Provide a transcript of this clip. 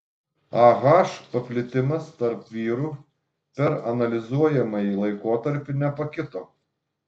ah paplitimas tarp vyrų per analizuojamąjį laikotarpį nepakito